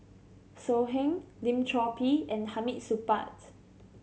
So Heng Lim Chor Pee and Hamid Supaat